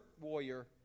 warrior